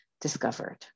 discovered